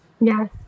yes